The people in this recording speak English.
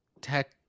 tech